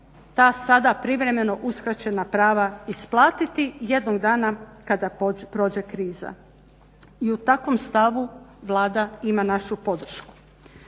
ta sada privremeno uskraćena prava isplatiti jednog dana kada prođe kriza. I u takvom stavu Vlada ima našu podršku.